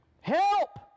Help